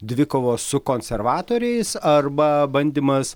dvikovos su konservatoriais arba bandymas